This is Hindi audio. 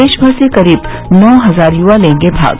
देशभर से करीब नौ हजार युवा लेंगे भाग